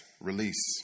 release